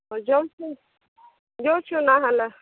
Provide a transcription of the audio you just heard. ଏଇ ଜଷ୍ଟ ଦେଉଛି ନାହାଲା